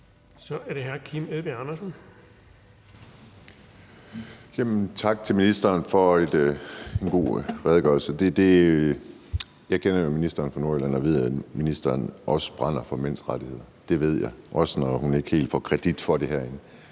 Kl. 18:01 Kim Edberg Andersen (NB): Tak til ministeren for en god redegørelse. Jeg kender jo ministeren fra Nordjylland, og jeg ved, at ministeren også brænder for mænds rettigheder. Det ved jeg hun gør, også selv om hun ikke helt får kredit for det herinde.